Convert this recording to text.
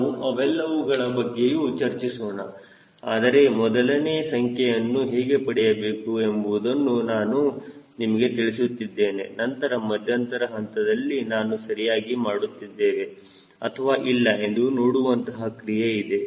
ನಾವು ಅವೆಲ್ಲವುಗಳ ಬಗ್ಗೆಯೂ ಚರ್ಚಿಸೋಣ ಆದರೆ ಮೊದಲನೇ ಸಂಖ್ಯೆಯನ್ನು ಹೇಗೆ ಪಡೆಯಬೇಕು ಎಂಬುದನ್ನು ನಾನು ನಿಮಗೆ ತಿಳಿಸುತ್ತಿದ್ದೇನೆ ನಂತರ ಮಧ್ಯಂತರ ಹಂತದಲ್ಲಿ ನಾವು ಸರಿಯಾಗಿ ಮಾಡುತ್ತಿದ್ದೇವೆ ಅಥವಾ ಇಲ್ಲ ಎಂದು ನೋಡುವಂತಹ ಕ್ರಿಯೆ ಇದೆ